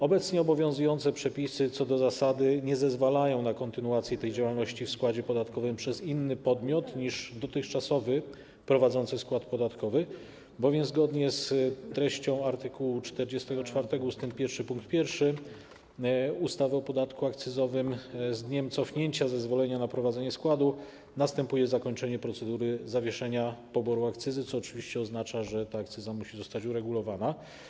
Obecnie obowiązujące przepisy co do zasady nie zezwalają na kontynuację tej działalności w składzie podatkowym przez inny podmiot niż dotychczasowy podmiot prowadzący skład podatkowy, bowiem zgodnie z treścią art. 44 ust. 1 pkt 1 ustawy o podatku akcyzowym z dniem cofnięcia zezwolenia na prowadzenie składu następuje zakończenie procedury zawieszenia poboru akcyzy, co oczywiście oznacza, że ta akcyza musi zostać uregulowana.